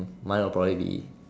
mine will probably be